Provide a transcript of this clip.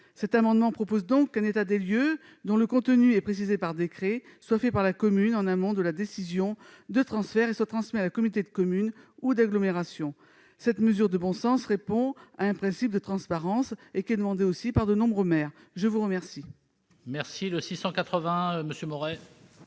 Cet amendement prévoit donc qu'un état des lieux, dont le contenu sera précisé par décret, soit fait par la commune en amont de la décision de transfert et transmis à la communauté de communes ou d'agglomération. Cette mesure de bon sens répond à un principe de transparence. Elle est demandée par de nombreux maires. L'amendement n° 680 rectifié